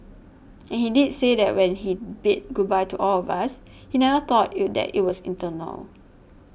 and he did say that when he bid goodbye to all of us he never thought it that it was eternal